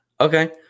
Okay